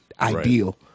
ideal